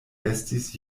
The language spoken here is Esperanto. estis